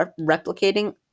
replicating